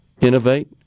innovate